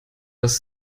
das